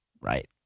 right